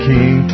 King